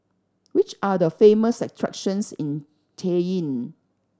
which are the famous attractions in Cayenne